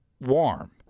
Warm